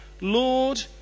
Lord